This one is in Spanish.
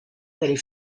del